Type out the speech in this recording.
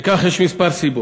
יש לכך כמה סיבות.